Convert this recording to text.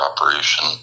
operation